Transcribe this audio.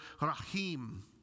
rahim